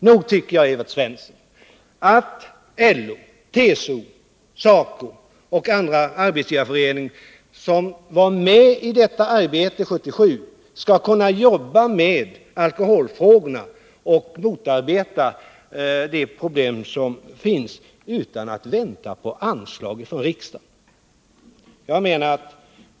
Nog skulle LO, TCO, SACO, Arbetsgivareföreningen och andra organisationer som ingår i alkoholnämnden kunna jobba med alkoholfrågorna och bekämpa de problem som finns utan att vänta på anslag från riksdagen.